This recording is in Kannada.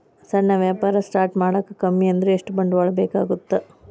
ಸಣ್ಣ ವ್ಯಾಪಾರ ಸ್ಟಾರ್ಟ್ ಮಾಡಾಕ ಕಮ್ಮಿ ಅಂದ್ರು ಎಷ್ಟ ಬಂಡವಾಳ ಬೇಕಾಗತ್ತಾ